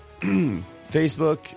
Facebook